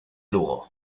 lugo